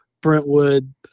Brentwood